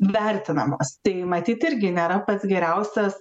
vertinamos tai matyt irgi nėra pats geriausias